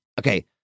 okay